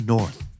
North